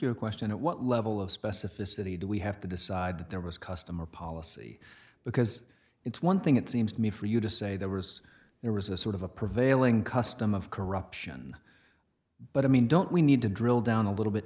you a question what level of specificity do we have to decide that there was customer policy because it's one thing it seems to me for you to say there was there was a sort of a prevailing custom of corruption but i mean don't we need to drill down a little bit